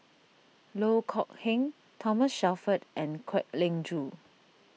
Loh Kok Heng Thomas Shelford and Kwek Leng Joo